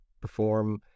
perform